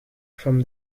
from